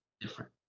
different